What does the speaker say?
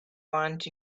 want